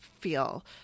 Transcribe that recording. feel